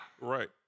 Right